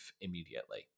immediately